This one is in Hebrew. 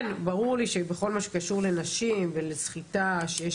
כן ברור לי שבכל מה שקשור לנשים ולסחיטה שיש